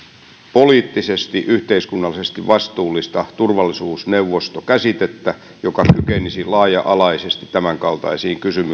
poliittisesti yhteiskunnallisesti vastuullista turvallisuusneuvostokäsitettä joka kykenisi laaja alaisesti tämänkaltaisiin kysymyksiin